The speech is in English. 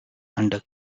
under